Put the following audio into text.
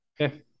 Okay